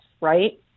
right